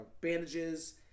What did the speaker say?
bandages